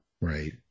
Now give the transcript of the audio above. Right